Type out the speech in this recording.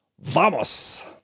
Vamos